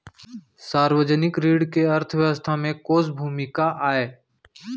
सार्वजनिक ऋण के अर्थव्यवस्था में कोस भूमिका आय?